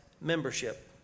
membership